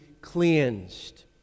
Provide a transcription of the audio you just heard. cleansed